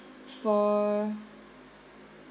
for